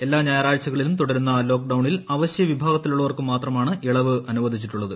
എല്ലാ ഞായറാഴ്ചകളിലും തുടരുന്ന ലോക്ക്ഡൌണിൽ അവശ്യ വിഭാഗത്തിലുള്ളവർക്ക് മാത്രമാണ് ഇളവ് അനുവദിച്ചിട്ടുള്ളത്